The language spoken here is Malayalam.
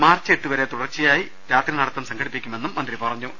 മാർച്ച് എട്ടുവരെ തുടർച്ച യായി രാത്രി നടത്തം സംഘടിപ്പിക്കുമെന്നും മന്ത്രി പറഞ്ഞു